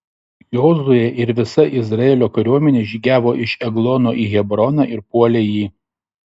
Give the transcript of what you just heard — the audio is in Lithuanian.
jozuė ir visa izraelio kariuomenė žygiavo iš eglono į hebroną ir puolė jį